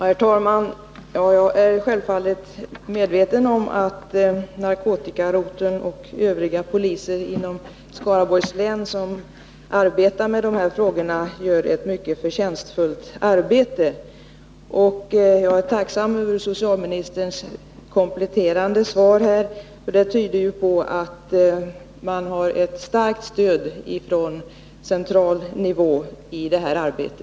Herr talman! Jag är självfallet medveten om att poliserna inom narkotikaroteln och övriga poliser inom Skaraborgs län som arbetar med de här frågorna utför ett mycket förtjänstfullt arbete. Jag är tacksam för socialministerns kompletterande svar. Det tyder ju på att man har ett starkt stöd från central nivå i detta arbete.